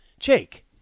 Jake